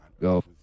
go